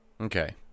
okay